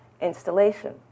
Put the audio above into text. installation